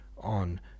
on